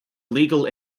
legal